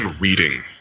reading